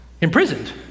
imprisoned